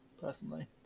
personally